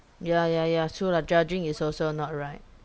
ya ya ya true lah judging is also not right